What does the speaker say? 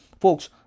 folks